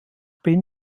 bin